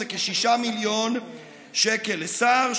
זה כ-6 מיליון שקלים לשר,